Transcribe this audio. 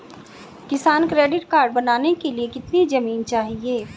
किसान credit card बनाने के लिए कितनी जमीन चाहिए?